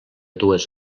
dues